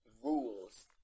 rules